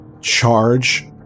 charge